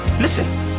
listen